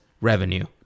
revenue